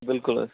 بِلکُل حَظ